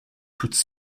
toutes